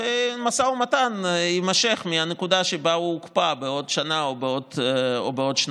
והמשא ומתן יימשך מהנקודה שבה הוא הוקפא בעוד שנה או בעוד שנתיים.